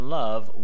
love